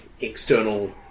external